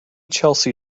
chelsea